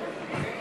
14,